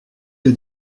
que